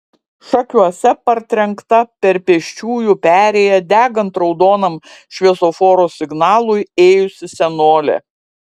šakiuose partrenkta per pėsčiųjų perėją degant raudonam šviesoforo signalui ėjusi senolė